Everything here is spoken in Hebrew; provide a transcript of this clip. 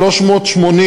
ו-380,